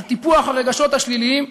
על טיפוח הרגשות השליליים,